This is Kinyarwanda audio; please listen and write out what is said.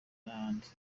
n’ahandi